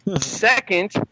Second